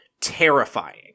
terrifying